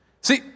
See